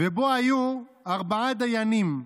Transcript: ובו היו ארבעה דיינים.